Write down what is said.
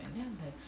mm